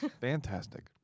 Fantastic